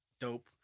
dope